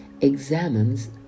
examines